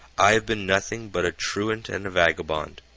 i have been nothing but a truant and a vagabond.